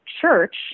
Church